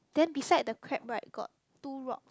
then beside the crab right got two rock